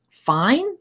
fine